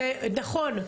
נכון,